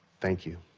thank you.